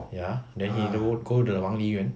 ya then he go go the 黄梨园